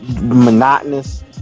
monotonous